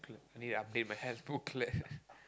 I need to update my health booklet